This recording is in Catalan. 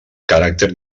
caràcter